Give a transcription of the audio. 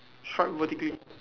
stripe vertically